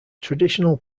traditional